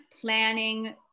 planning